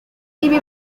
ibi